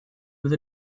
with